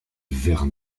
vers